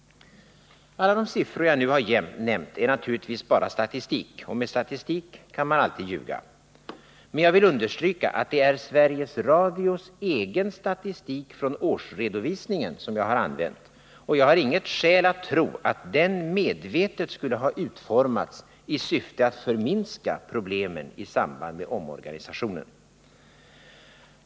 Alla de siffror jag nu har nämnt är naturligtvis bara statistik, och med statistik kan man alltid ljuga. Men jag vill understryka att det är Sveriges Radios egen statistik från årsredovisningen som jag har använt, och jag har inget skäl att tro att den medvetet skulle ha utformats i syfte att förminska problemen i samband med omorganisationen.